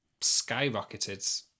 skyrocketed